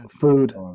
food